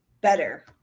better